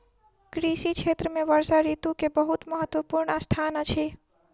कृषि क्षेत्र में वर्षा ऋतू के बहुत महत्वपूर्ण स्थान अछि